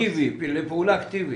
לפעולה אקטיבית.